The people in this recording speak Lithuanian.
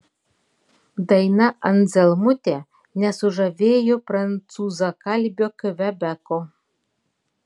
daina anzelmutė nesužavėjo prancūzakalbio kvebeko